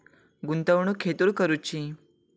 गुंतवणुक खेतुर करूची?